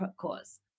cause